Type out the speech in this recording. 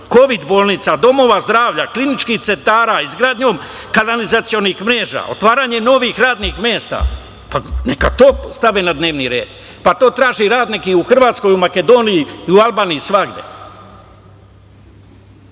kovid bolnica, domova zdravlja, kliničkih centara, izgradnjom kanalizacionih mreža, otvaranjem novih radnih mesta. Pa, neka to stave na dnevni red. Pa, to traži radnik u Hrvatskoj, u Makedoniji i u Albaniji svugde. Kada